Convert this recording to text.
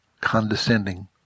condescending